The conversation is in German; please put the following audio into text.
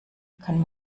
kann